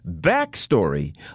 backstory